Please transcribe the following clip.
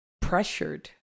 pressured